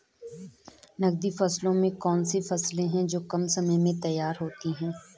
नकदी फसलों में कौन सी फसलें है जो कम समय में तैयार होती हैं?